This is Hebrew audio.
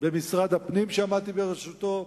במשרד הפנים שעמדתי בראשותו,